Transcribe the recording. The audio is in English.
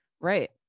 Right